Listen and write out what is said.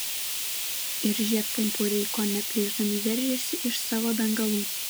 ir žiedpumpuriai kone plyšdami veržėsi iš savo dangalų